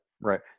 right